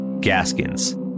Gaskins